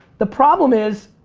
the problem is.